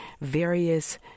various